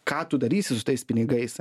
ką tu darysi su tais pinigais